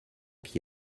qui